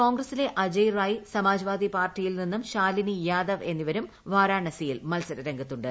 കോൺഗ്രസിലെ അജയ്റായ് സമാജ്വാദി പാർട്ടിയിൽ നിന്നും ശാലിനിയാദവ് എന്നിവരും വാരാണസിയിൽ മത്സരരംഗത്തുണ്ട്